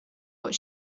what